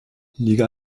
liga